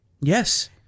Yes